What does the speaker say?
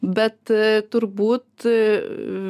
bet turbūt